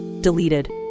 deleted